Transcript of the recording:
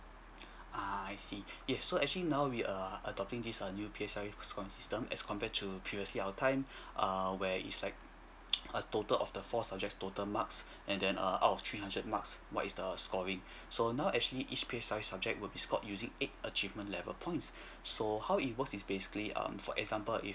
uh I see yes so actually now we err adopting this err new P_S_L_E scoring system as compared to previously our time err where it's like a total of the four subject total marks and then err out of three hundred marks what is the scoring so now actually each P_S_L_E subject will be scored using eight achievement level points so how it works is basically um for example if